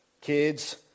Kids